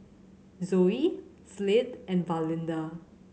Zoe Slade and Valinda